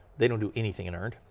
they don't do anything in earned.